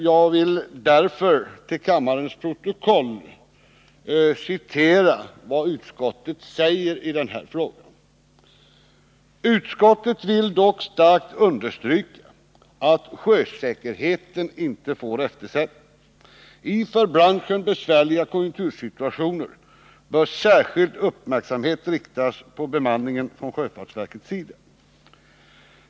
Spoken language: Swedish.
Jag vill till kammarens protokoll citera vad utskottet säger i den här frågan: ”Utskottet vill dock starkt understryka att sjösäkerheten inte får eftersättas. I för branschen besvärliga konjunktursituationer bör särskild uppmärksamhet riktas på bemanningen från sjöfartsverkets sida.